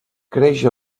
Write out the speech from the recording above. creix